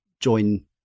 join